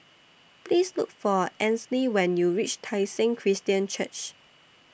Please Look For Ansley when YOU REACH Tai Seng Christian Church